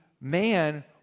man